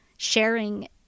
sharing